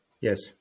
Yes